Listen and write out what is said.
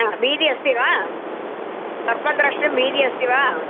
भीतिः अस्ति वा सर्पं द्रष्टुं भीतिः अस्ति वा